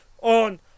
on